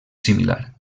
similar